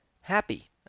happy